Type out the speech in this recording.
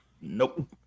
Nope